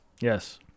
Yes